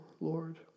Lord